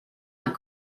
not